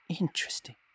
Interesting